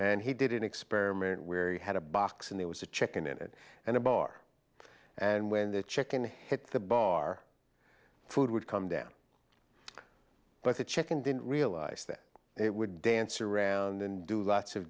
and he did an experiment where he had a box and there was a chicken in it and a bar and when the chicken hit the bar food would come down but the chicken didn't realize that it would dance around and do lots of